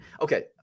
okay